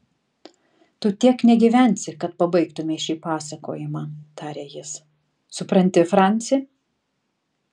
tu tiek negyvensi kad pabaigtumei šį pasakojimą tarė jis supranti franci